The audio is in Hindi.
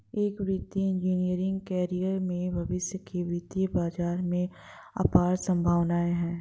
एक वित्तीय इंजीनियरिंग कैरियर में भविष्य के वित्तीय बाजार में अपार संभावनाएं हैं